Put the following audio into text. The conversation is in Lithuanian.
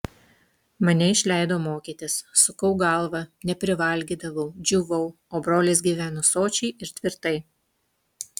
mane išleido mokytis sukau galvą neprivalgydavau džiūvau o brolis gyveno sočiai ir tvirtai